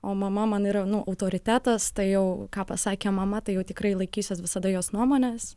o mama man yra nu autoritetas tai jau ką pasakė mama tai jau tikrai laikysiuos visada jos nuomonės